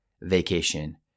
vacation